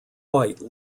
white